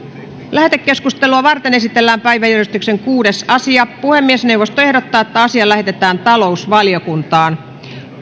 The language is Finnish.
lähetekeskustelua varten esitellään päiväjärjestyksen kuudes asia puhemiesneuvosto ehdottaa että asia lähetetään talousvaliokuntaan